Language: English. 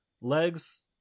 Legs